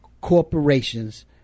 corporations